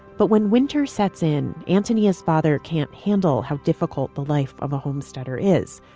but when winter sets in. anthony s father can't handle how difficult the life of a homesteader is.